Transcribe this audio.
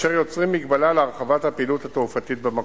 אשר יוצרים מגבלה להרחבת הפעילות התעופתית במקום.